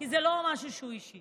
כי זה לא משהו שהוא אישי.